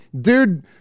dude